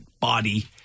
body